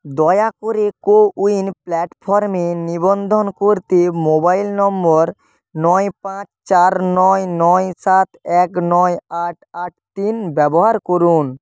দয়া করে কোউইন প্ল্যাটফর্মে নিবন্ধন করতে মোবাইল নম্বর নয় পাঁচ চার নয় নয় সাত এক নয় আট আট তিন ব্যবহার করুন